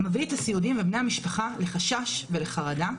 מביא את הסיעודיים ואת בני המשפחה לחשש ולחרדה,